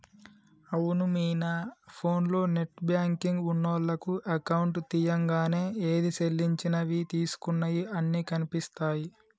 అవును మీనా ఫోన్లో నెట్ బ్యాంకింగ్ ఉన్నోళ్లకు అకౌంట్ తీయంగానే ఏది సెల్లించినవి తీసుకున్నయి అన్ని కనిపిస్తాయి